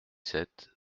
sept